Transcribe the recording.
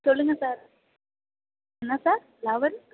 சொல்லுங்கள் சார் என்ன sir eleven